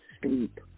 sleep